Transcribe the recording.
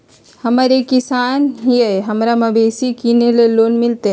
हम एक किसान हिए हमरा मवेसी किनैले लोन मिलतै?